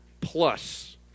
plus